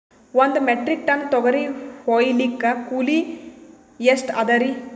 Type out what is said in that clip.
ಒಂದ್ metric ton ತೊಗರಿ ಹೋಯಿಲಿಕ್ಕ ಕೂಲಿ ಎಷ್ಟ ಅದರೀ?